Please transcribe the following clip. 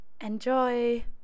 Enjoy